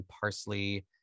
parsley